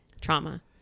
Trauma